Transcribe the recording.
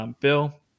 Bill